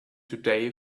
today